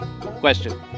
question